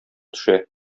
төшә